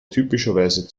typischerweise